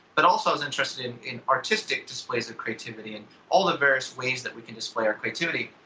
but also was interested in artistic displays of creativity and all the various ways that we can display our creativity.